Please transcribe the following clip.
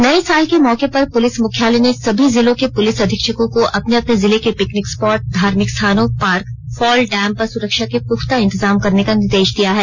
नये साल के मौके पर पुलिस मुख्यालय ने सभी जिलों के पुलिस अधीक्षकों को अपने अपने जिले के पिकनिक स्पॉट धार्मिक स्थानों पार्क फॉल डैम पर सुरक्षा के पुख्ता इंतजाम करने का निर्देश दिया है